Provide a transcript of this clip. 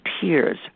tears